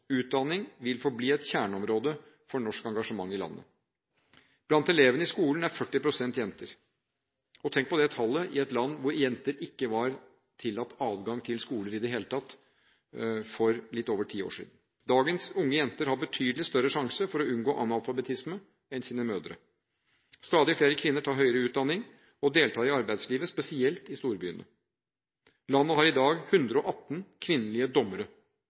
Utdanning vil forbli et kjerneområde for norsk engasjement i landet. Blant elevene i skolen er 40 pst. jenter – tenk på det tallet, i et land hvor jenter ikke var tillatt adgang til skoler i det hele tatt for litt over ti år siden. Dagens unge jenter har betydelig større sjanse for å unngå analfabetisme enn deres mødre hadde. Stadig flere kvinner tar høyere utdanning og deltar i arbeidslivet, spesielt i storbyene. Landet har i dag 118 kvinnelige dommere.